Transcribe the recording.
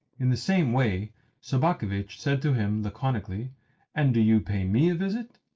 in the same way sobakevitch said to him laconically and do you pay me a visit,